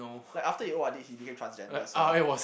like after he O_R_D he became transgender so